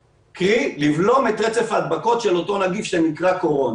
קרי: לבלום את רצף ההדבקות של אותו נגיף שנקרא קורונה.